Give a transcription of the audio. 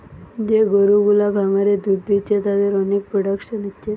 যে গরু গুলা খামারে দুধ দিচ্ছে তাদের অনেক প্রোডাকশন হচ্ছে